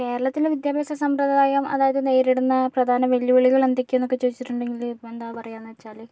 കേരളത്തിലെ വിദ്യാഭ്യാസ സമ്പ്രദായം അതായത് നേരിടുന്ന പ്രധാന വെല്ലുവിളികൾ എന്തൊക്കെ എന്ന് ഒക്കെ ചോദിച്ചിട്ടുണ്ടെങ്കിൽ ഇപ്പോൾ എന്താ പറയുകയെന്ന് വച്ചാല്